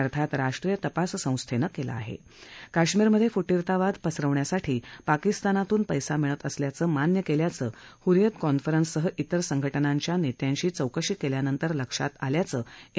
अर्थात राष्ट्रीय तपास संस्था कला आह काश्मीरमध कुटीरतावाद पसरवण्यासाठी पाकिस्तानातून पैसा मिळत असल्याचं मान्य कत्र्याचं हुरीयत कॉन्फरनस् सह त्रि संघटनांच्या नस्त्रांशी चौकशी कत्र्यानंतर लक्षात आल्याचं एन